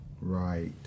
Right